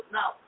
Now